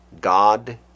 God